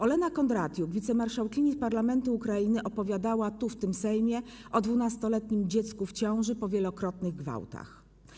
Ołena Kondratiuk, wicemarszałkini parlamentu Ukrainy, opowiadała tu w Sejmie o 12-letnim dziecku w ciąży po wielokrotnych gwałtach.